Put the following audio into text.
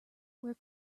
where